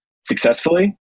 successfully